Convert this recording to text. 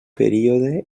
període